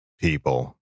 people